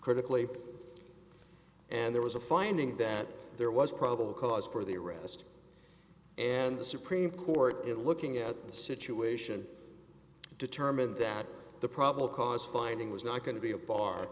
critically and there was a finding that there was probable cause for the arrest and the supreme court looking at the situation determined that the probable cause finding was not going to be a bar